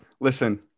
Listen